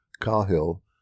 Cahill